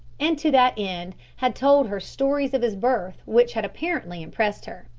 and to that end had told her stories of his birth which had apparently impressed her.